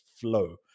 flow